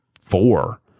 four